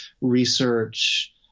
research